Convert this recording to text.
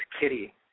Kitty